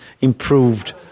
improved